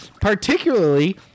particularly